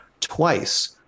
twice